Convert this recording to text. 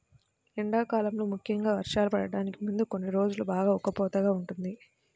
ఎండాకాలంలో ముఖ్యంగా వర్షాలు పడటానికి ముందు కొన్ని రోజులు బాగా ఉక్కపోతగా ఉంటుంది